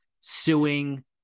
suing